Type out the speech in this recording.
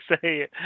say